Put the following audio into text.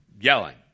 yelling